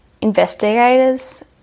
investigators